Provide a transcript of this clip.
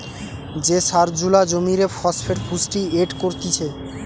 যে সার জুলা জমিরে ফসফেট পুষ্টি এড করতিছে